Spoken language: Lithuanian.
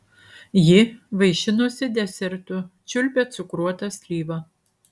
ji vaišinosi desertu čiulpė cukruotą slyvą